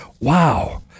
wow